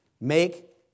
make